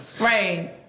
Right